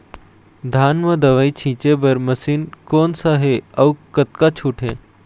धान म दवई छींचे बर मशीन कोन सा हे अउ कतका छूट हे?